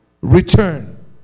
return